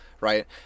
Right